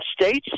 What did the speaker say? states